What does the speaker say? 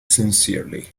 sincerely